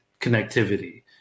connectivity